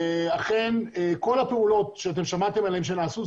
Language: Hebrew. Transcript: אכן כל הפעולות ששמעתם עליהן שנעשו,